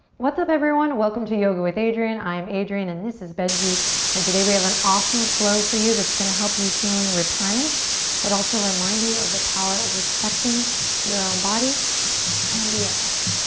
what's up everyone? welcome to yoga with adriene. i'm adriene and this is benji and today we have an awesome flow for you that's gonna help you feeling replenished but also remind you of the power of respecting your own body and the earth.